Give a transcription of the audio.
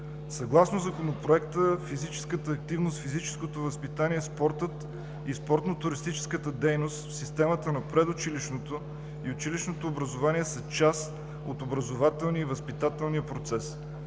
Съгласно Законопроекта физическата активност, физическото възпитание, спортът и спортно-туристическата дейност в системата на предучилищното и училищното образование са част от образователния и възпитателния процес.